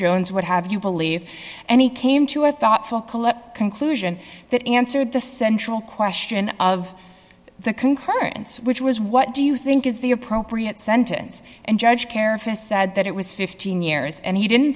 jones would have you believe and he came to a thoughtful collect conclusion that answered the central question of the concurrence which was what do you think is the appropriate sentence and judge careful that it was fifteen years and he didn't